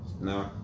No